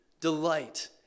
delight